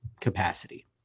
capacity